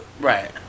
Right